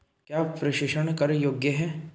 क्या प्रेषण कर योग्य हैं?